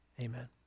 Amen